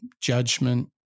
judgment